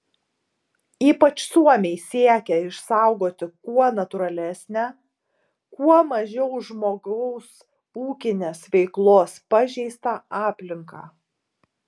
ypač suomiai siekia išsaugoti kuo natūralesnę kuo mažiau žmogaus ūkinės veiklos pažeistą aplinką